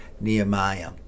Nehemiah